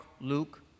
Luke